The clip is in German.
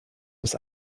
des